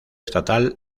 estatal